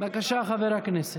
בבקשה, חבר הכנסת.